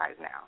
now